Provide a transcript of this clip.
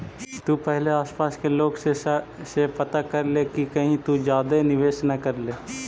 तु पहिले आसपास के लोग सब से पता कर ले कि कहीं तु ज्यादे निवेश न कर ले